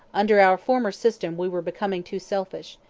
under our former system we were becoming too selfish,